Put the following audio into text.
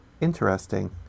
interesting